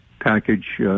package